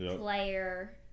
player